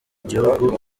gihugu